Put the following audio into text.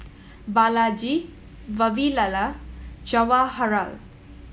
Balaji Vavilala and Jawaharlal